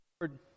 Lord